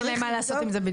אין להם מה לעשות עם זה.